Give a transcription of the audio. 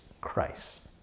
Christ